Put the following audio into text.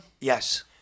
Yes